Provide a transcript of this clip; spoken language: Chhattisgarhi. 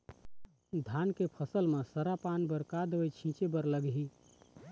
धान के फसल म सरा पान बर का दवई छीचे बर लागिही?